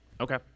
Okay